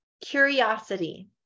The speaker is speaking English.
curiosity